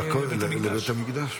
לבית המקדש?